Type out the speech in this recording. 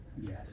Yes